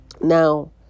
Now